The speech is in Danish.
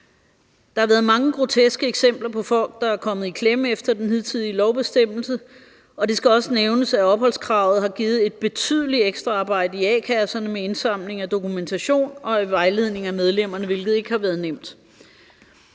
Der har været mange groteske eksempler på folk, der er kommet i klemme efter den hidtidige lovbestemmelse, og det skal også nævnes, at opholdskravet har givet et betydeligt ekstraarbejde i a-kasserne med indsamling af dokumentation og vejledning af medlemmerne, hvilket ikke har været nemt.